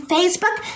Facebook